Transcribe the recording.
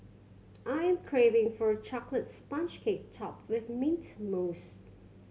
I'm craving for a chocolate sponge cake topped with mint mousse